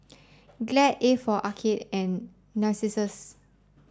Glad A for Arcade and Narcissus